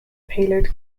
payload